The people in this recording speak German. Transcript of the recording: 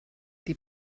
die